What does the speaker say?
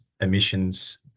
emissions